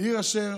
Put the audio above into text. עיר אשר